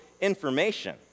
information